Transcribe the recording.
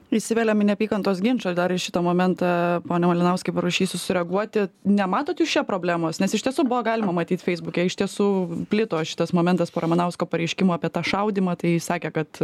įsiveliam į neapykantos ginčą dar į šitą momentą pone malinauskai prašysiu sureaguoti nematot jūs čia problemos nes iš tiesų buvo galima matyt feisbuke iš tiesų plito šitas momentas po ramanausko pareiškimų apie tą šaudymą tai sakė kad